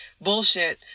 bullshit